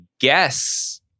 guess